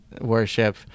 worship